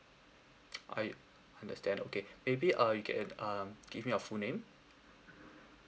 I understand okay maybe uh you can um give me your full name